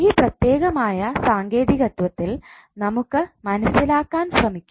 ഈ പ്രത്യേകമായ സാങ്കേതികത്വത്തിൽ നമുക്ക് മനസ്സിലാക്കാൻ ശ്രമിക്കാം